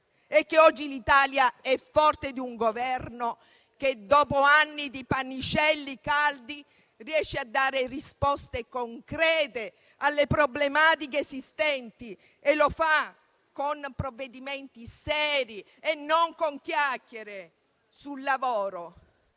è che oggi l'Italia è forte di un Governo che, dopo anni di pannicelli caldi, riesce a dare risposte concrete alle problematiche esistenti. Lo fa con provvedimenti seri e non con chiacchiere. Poco